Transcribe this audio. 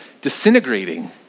disintegrating